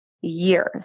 years